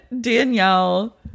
danielle